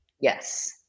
Yes